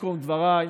לסיכום דבריי,